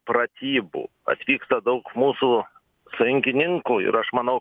pratybų atvyksta daug mūsų sąjungininkų ir aš manau